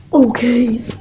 Okay